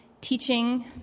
teaching